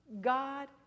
God